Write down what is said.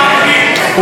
חבר הכנסת